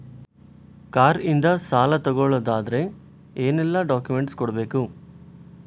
Car ಇಂದ ಸಾಲ ತಗೊಳುದಾದ್ರೆ ಏನೆಲ್ಲ ಡಾಕ್ಯುಮೆಂಟ್ಸ್ ಕೊಡ್ಬೇಕು?